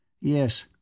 Yes